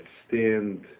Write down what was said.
stand